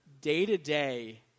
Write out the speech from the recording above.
day-to-day